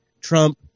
Trump